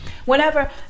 Whenever